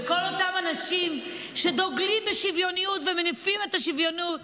כל אותם אנשים שדוגלים בשוויוניות ומניפים את השוויוניות,